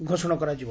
ଘୋଷଣା କରାଯିବ